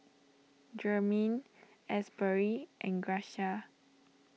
Jermaine Asbury and Gracia